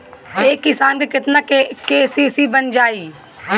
एक किसान के केतना के.सी.सी बन जाइ?